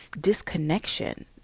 disconnection